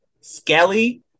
Skelly